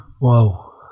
Wow